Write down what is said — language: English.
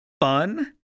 fun